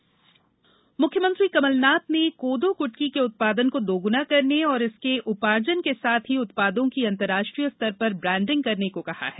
CM कोदो कुटकी मुख्यमंत्री कमल नाथ ने कोदो कुटकी के उत्पादन को दोगुना करने और इसके उपार्जन के साथ ही उत्पादों की अंतर्राष्ट्रीय स्तर पर ब्रांडिंग करने को कहा है